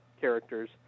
characters